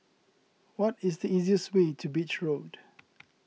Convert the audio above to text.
what is the easiest way to Beach Road